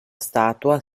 statua